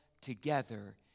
together